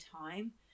time